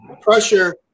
pressure